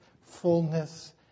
fullness